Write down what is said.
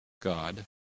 God